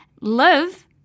Live